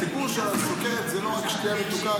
הסיפור של הסוכרת זה לא רק שתייה מתוקה.